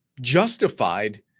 justified